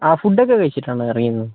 അ food ഒക്കെ കഴിച്ചിട്ടാണോ ഇറങ്ങിയത്